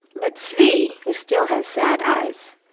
but zvi, who still has sad eyes,